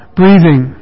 breathing